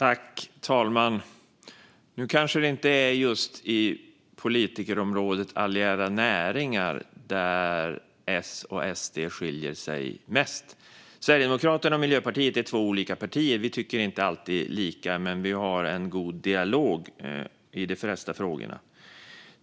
Fru talman! Nu kanske det inte är på just politikområdet areella näringar som S och SD skiljer sig mest. Sverigedemokraterna och Miljöpartiet är två olika partier. Vi tycker inte alltid lika, men vi har en god dialog i de flesta frågorna.